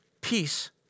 Peace